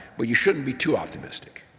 but you shouldn't be too optimistic.